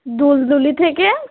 দুলদুলি থেকে